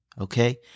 okay